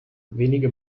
wenige